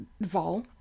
Vol